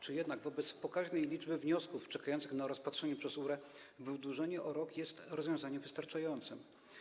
Czy jednak wobec pokaźnej liczby wniosków czekających na rozpatrzenie przez URE wydłużenie terminu o rok jest rozwiązaniem wystarczającym?